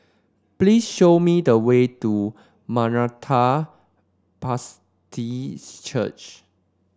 please show me the way to Maranatha Church